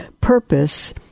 purpose